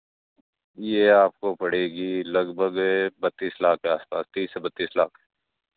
यह आपको पड़ेगी लगभग बत्तीस लाख के आस पास तीस से बत्तीस लाख